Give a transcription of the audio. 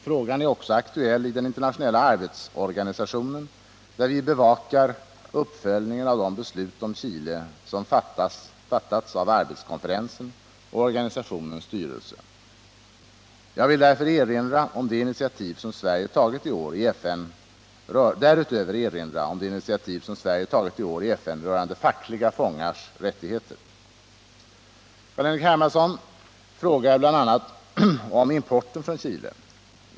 Frågan är också aktuell i den internationella arbetsorganisationen, där vi bevakar uppföljningen av de beslut om Chile som fattats av arbetskonferensen och organisationens styrelse. Jag vill därutöver erinra om det initiativ som Sverige tagit i år i FN rörande fackliga fångars rättigheter. C.-H. Hermansson frågar bl.a. om importen från Chile.